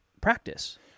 practice